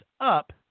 up